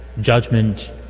judgment